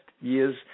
years